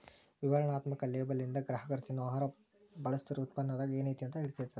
ವಿವರಣಾತ್ಮಕ ಲೇಬಲ್ಲಿಂದ ಗ್ರಾಹಕರ ತಿನ್ನೊ ಆಹಾರ ಬಳಸ್ತಿರೋ ಉತ್ಪನ್ನದಾಗ ಏನೈತಿ ಅಂತ ತಿಳಿತದ